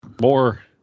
More